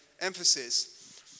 emphasis